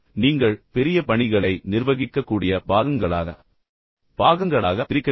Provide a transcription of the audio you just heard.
நீங்கள் பெரிய பணிகளை நிர்வகிக்கக்கூடிய பாகங்களாக பிரிக்க வேண்டும்